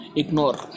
ignore